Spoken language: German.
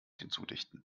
hinzudichten